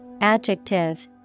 adjective